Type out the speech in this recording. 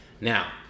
Now